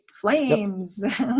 Flames